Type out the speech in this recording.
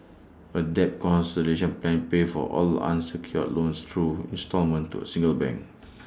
A debt consolidation plan pays for all unsecured loans through instalment to A single bank